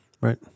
Right